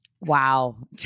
Wow